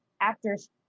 actors